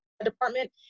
department